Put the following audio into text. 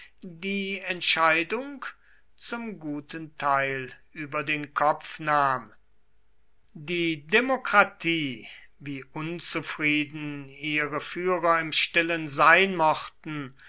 die entscheidung zum guten teil über den kopf nahm die demokratie wie unzufrieden ihre führer im stillen sein mochten